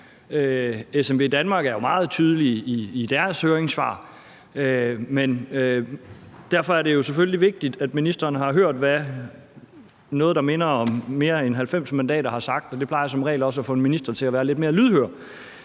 SMVdanmark er jo meget tydelig i sit høringssvar. Men derfor er det selvfølgelig vigtigt, at ministeren har hørt, hvad noget, der minder om mere end 90 mandater, har sagt, og det plejer som regel også at få en minister til at være lidt mere lydhør.